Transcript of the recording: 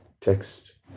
Text